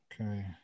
Okay